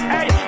Hey